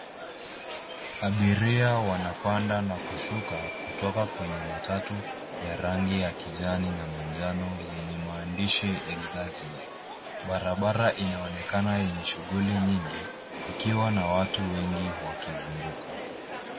Abiria wanapanda na kushuka kutoka kwenye matatu ya rangi kijani na manjano yenye maandishi Exalted. Barabara inaonekana yenye shughuli nyingi, ikiwa na watu wengi wakizunguka.